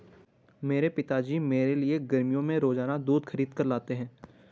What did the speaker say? मेरे पिताजी मेरे लिए गर्मियों में रोजाना दूध खरीद कर लाते हैं